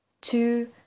two